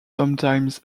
sometimes